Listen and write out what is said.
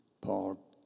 Paul